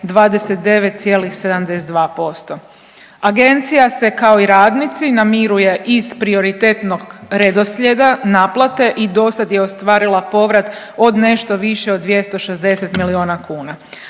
29,72%. Agencija se kao i radnici namiruje iz prioritetnog redoslijeda naplate i dosad je ostvarila povrat od nešto više od 260 milijuna kuna.